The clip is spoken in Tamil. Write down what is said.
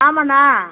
ஆமாண்ணா